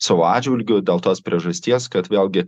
savo atžvilgiu dėl tos priežasties kad vėlgi